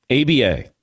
ABA